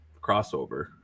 crossover